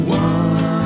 one